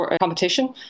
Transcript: competition